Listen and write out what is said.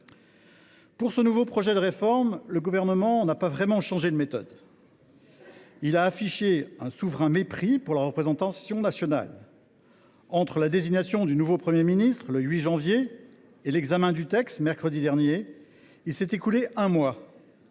Pour ce nouveau projet de réforme, le Gouvernement n’a pas vraiment changé de méthode : il a affiché un souverain mépris pour la représentation nationale. Entre la désignation du nouveau Premier ministre, le 8 janvier dernier, et l’examen du texte, mercredi dernier, il s’est écoulé un mois…